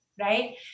right